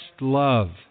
love